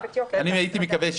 אני הייתי מקווה,